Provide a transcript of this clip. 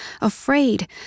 afraid